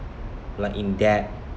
like in debt